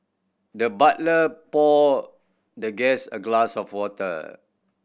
the butler poured the guest a glass of water